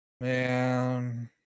Man